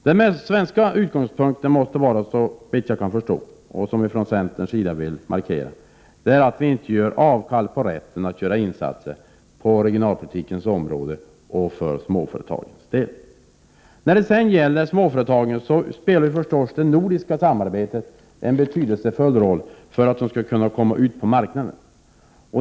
Den svenska utgångspunkten måste, såvitt jag kan förstå och som vi från centerns sida vill markera, vara att Sverige inte ger avkall på rätten att göra insatser på regionalpolitikens område och för småföretagen. När det gäller småföretagen spelar förstås det nordiska samarbetet en betydelsefull roll för att de skall kunna komma ut på marknaden.